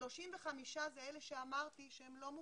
35 הם אלה שאמרתי שהם לא מוכרים.